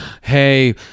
hey